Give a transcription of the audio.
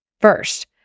First